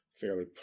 fairly